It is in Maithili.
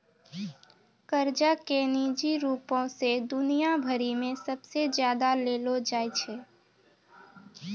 कर्जा के निजी रूपो से दुनिया भरि मे सबसे ज्यादा लेलो जाय छै